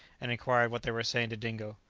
and inquired what they were saying to dingo.